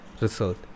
result